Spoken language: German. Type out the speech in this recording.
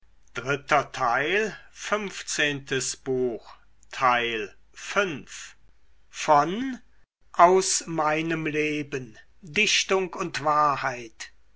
goethe aus meinem leben dichtung und wahrheit